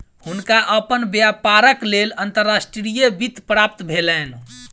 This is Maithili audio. हुनका अपन व्यापारक लेल अंतर्राष्ट्रीय वित्त प्राप्त भेलैन